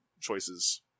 choices